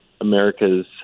America's